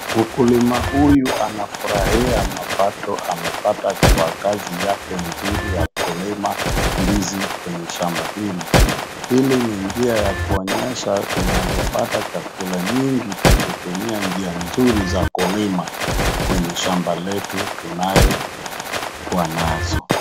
Mkulima huyu anafurahia mapato amepata kwa kazi yake nzuri ya kulima ndizi kwenye shamba hili. Hili ni njia ya kuonyesha tunaeza pata chakula nyingi tukitumia njia nzuri za kulima kwenye shamba letu tunayo kuwa nazo.